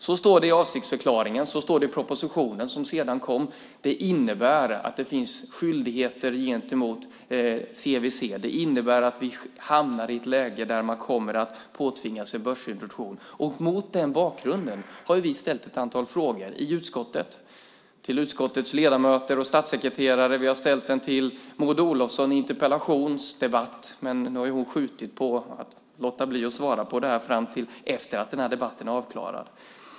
Så står det i avsiktsförklaringen och i propositionen som sedan kom. Det innebär att det finns skyldigheter gentemot CVC. Det innebär att vi hamnar i ett läge där man kommer att påtvingas en börsintroduktion. Mot den bakgrunden har vi ställt ett antal frågor till utskottets ledamöter och till statssekreterare. Vi har ställt dem till Maud Olofsson i interpellationer, men nu har hon skjutit på svaret till efter det att den här debatten är avklarad.